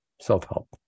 Self-help